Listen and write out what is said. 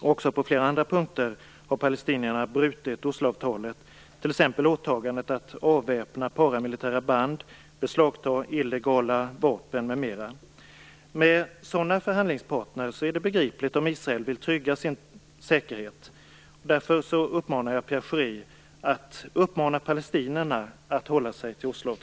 Också på flera andra punkter har palestinierna brutit Osloavtalet, t.ex. när det gäller åtagandet att avväpna paramilitära band och beslagta illegala vapen m.m. Med en sådan förhandlingspartner är det begripligt om Israel vill trygga sin säkerhet. Därför bör Pierre Schori uppmana palestinierna att hålla sig till